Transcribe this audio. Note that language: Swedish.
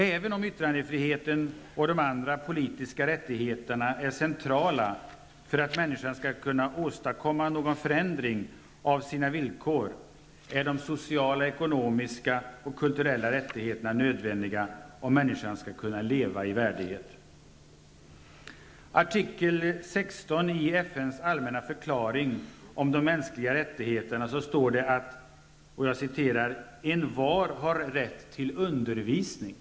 Även om yttrandefriheten och de andra politiska rättigheterna är centrala för att människan skall kunna åstadkomma någon förändring av sina villkor, är de sociala, ekonomiska och kulturella rättigheterna nödvändiga om människan skall kunna leva i värdighet. I artikel 16 i FNs allmänna förklaring om de mänskliga rättigheterna står det att ''envar har rätt till undervisning''.